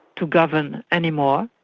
to govern any more.